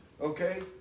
Okay